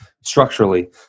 structurally